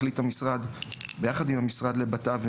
החליט המשרד ביחד עם המשרד לבט"פ,